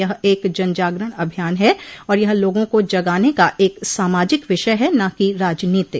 यह एक जनजागरण अभियान है और यह लोगों को जगाने का एक सामाजिक विषय है न कि राजनीतिक